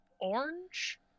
orange